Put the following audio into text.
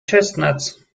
chestnuts